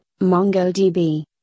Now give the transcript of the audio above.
MongoDB